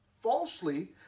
falsely